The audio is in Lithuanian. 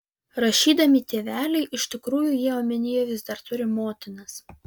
rašydami tėveliai iš tikrųjų jie omenyje vis dar turi motinas